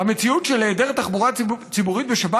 המציאות של היעדר תחבורה ציבורית בשבת